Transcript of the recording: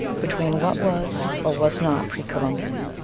between what was or was not pre-columbian.